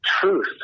truth